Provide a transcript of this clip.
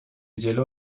جلو